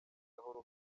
gahoro